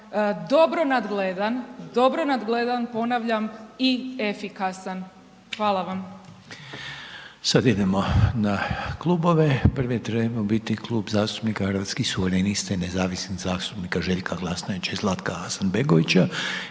dobro nadgledan, dobro nadgledan i efikasan. Hvala vam. **Reiner, Željko (HDZ)** Sada idemo na klubove. Prvi je trebao biti Kluba zastupnika Hrvatskih suverenista i nezavisnih zastupnika Željka Glasnovića i Zlatka Hasanbegovića